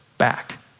back